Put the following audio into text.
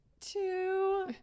two